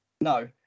No